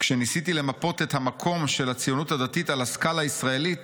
כשניסיתי למפות את המקום של הציונות הדתית על הסקאלה הישראלית,